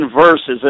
verses